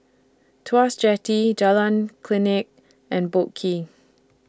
Tuas Jetty Jalan Klinik and Boat Quay